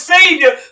Savior